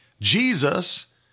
Jesus